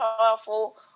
powerful